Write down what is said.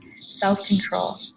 self-control